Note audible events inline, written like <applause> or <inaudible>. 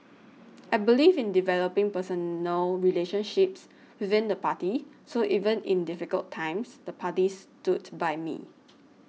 <noise> I believe in developing personal relationships within the party so even in difficult times the party stood by me